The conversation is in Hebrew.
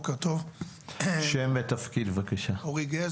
אורי גז,